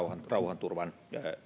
rauhanturvan